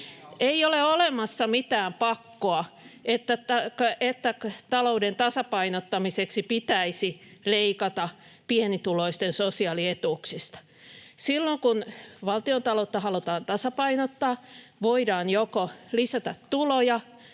Ei ole olemassa mitään pakkoa, että talouden tasapainottamiseksi pitäisi leikata pienituloisten sosiaalietuuksista. Silloin, kun valtiontaloutta halutaan tasapainottaa, voidaan joko lisätä tuloja